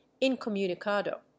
incommunicado